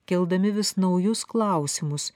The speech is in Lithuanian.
keldami vis naujus klausimus